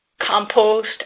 compost